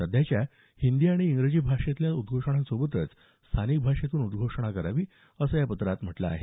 सध्याच्या हिंदी आणि इंग्रजी भाषेतल्या उद्घोषणांसोबतच स्थानिक भाषेतून उद्वोषणा करावी असं या पत्रात म्हटलं आहे